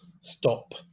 stop